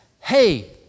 hey